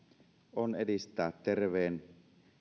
on edistää terveen